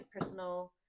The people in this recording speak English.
personal